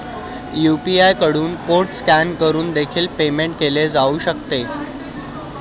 UPI कडून code scan करून देखील पेमेंट केले जाऊ शकते